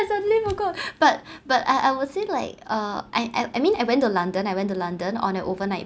I suddenly forgot but but I I would say like uh I I mean I went to london I went to london on a overnight